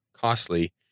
costly